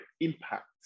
impact